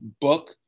book